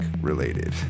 related